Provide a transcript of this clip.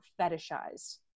fetishized